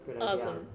Awesome